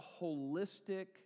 holistic